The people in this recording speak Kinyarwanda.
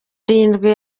barindwi